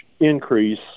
increase